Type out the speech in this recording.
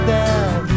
down